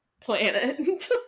planet